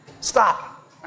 stop